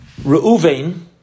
Reuven